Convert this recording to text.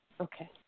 Okay